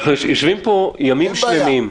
אנחנו יושבים פה ימים שלמים.